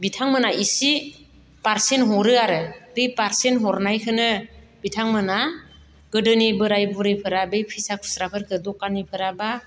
बिथांमोना इसे पारसेन्ट हरो आरो बे पारसेन्ट हरनायखौनो बिथांमोना गोदोनि बोराय बुरैफोरा बे फैसा खुस्राफोरखौ दखानिफोरा बा